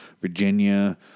Virginia